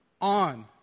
on